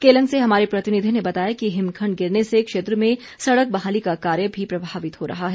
केलंग से हमारे प्रतिनिधि ने बताया है कि हिमखंड गिरने से क्षेत्र में सड़क बहाली का कार्य भी प्रभावित हो रहा है